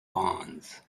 bonds